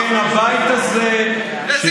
איזו